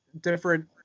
different